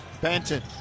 Benton